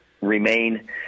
Remain